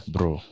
Bro